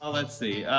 ah let's see,